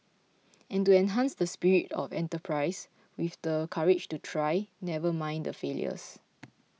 and to enhance the spirit of enterprise with the courage to try never mind the failures